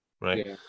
right